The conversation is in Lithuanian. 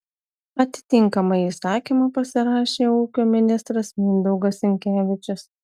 atitinkamą įsakymą pasirašė ūkio ministras mindaugas sinkevičius